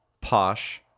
posh